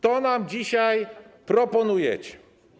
To nam dzisiaj proponujecie.